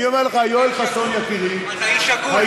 אני אומר לך, יואל חסון, יקירי, אתה איש הגון.